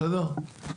בסדר?